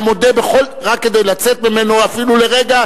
מודה בכול רק כדי לצאת ממנו אפילו לרגע,